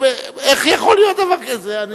איך יכול להיות דבר כזה?